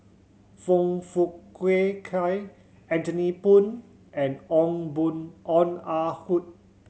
Foong Fook Kay Anthony Poon and Ong Born Ong Ah Hoi